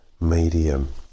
medium